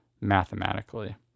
mathematically